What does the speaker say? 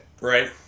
Right